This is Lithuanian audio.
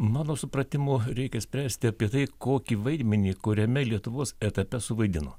mano supratimu reikia spręsti apie tai kokį vaidmenį kuriame lietuvos etape suvaidino